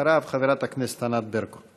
אחריו חברת הכנסת ענת ברקו.